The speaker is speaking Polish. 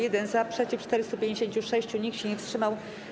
1 - za, przeciw - 456, nikt się nie wstrzymał.